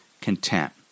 content